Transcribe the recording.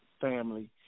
family